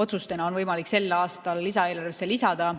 otsustena on võimalik sel aastal lisaeelarvesse lisada.